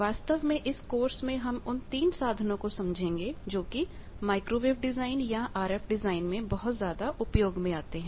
वास्तव में इस कोर्स में हम उन तीन साधनों को समझेंगे जोकि माइक्रोवेव डिजाइन या आरएफ डिजाइन में बहुत ज्यादा उपयोग में आते हैं